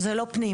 זה לא פנים.